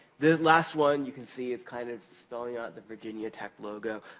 the last one, you can see, it's kind of spelling out the virginia tech logo.